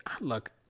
Look